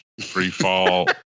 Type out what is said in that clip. Freefall